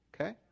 okay